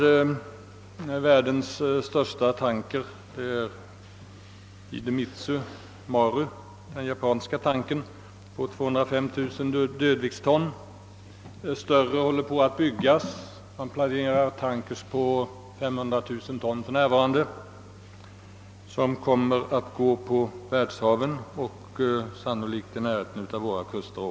Ett av världens för närvarande största fartyg, den japanska tankern Idemitsu Maru, är på 205 000 dödviktton. Stör re fartyg håller på att byggas — man planerar tankers på 500000 ton som kommer att gå på världshaven och sannolikt också i närheten av våra kuster.